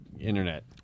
internet